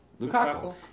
Lukaku